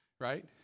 right